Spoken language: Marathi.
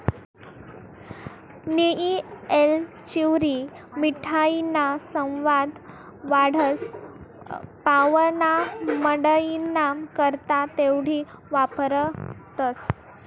नियी येलचीवरी मिठाईना सवाद वाढस, पाव्हणामंडईना करता तेवढी वापरतंस